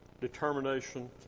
determination